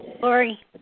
Lori